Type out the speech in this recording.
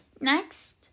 next